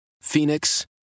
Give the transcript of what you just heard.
Phoenix